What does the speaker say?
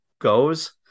goes